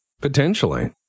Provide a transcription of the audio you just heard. Potentially